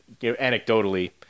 anecdotally